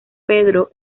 pedro